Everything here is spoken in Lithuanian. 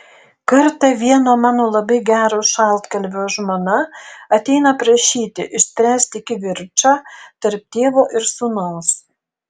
kartą vieno mano labai gero šaltkalvio žmona ateina prašyti išspręsti kivirčą tarp tėvo ir sūnaus